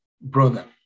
brother